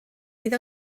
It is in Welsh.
fydd